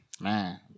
Man